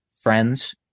friends